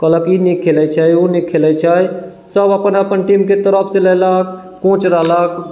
कहलक ई नीक खेलै छै ओ नीक खेलै छै सब अपन अपन टीमके तरफसँ लेलक कोच रहलक